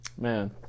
man